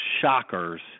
shockers